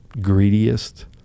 greediest